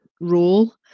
role